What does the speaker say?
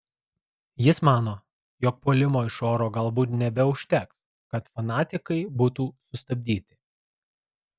jis mano jog puolimo iš oro galbūt nebeužteks kad fanatikai būtų sustabdyti